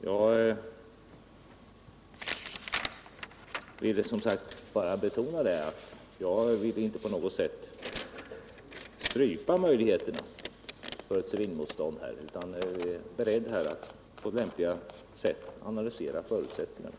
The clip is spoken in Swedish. Jag vill bara betona att jag inte på något sätt vill strypa möjligheterna för ett civilmotstånd utan är beredd att på lämpliga sätt analysera förutsättningarna.